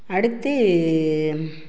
அடுத்து